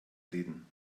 reden